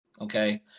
okay